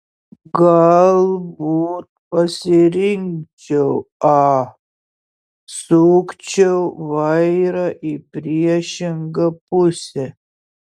galbūt pasirinkčiau a sukčiau vairą į priešingą pusę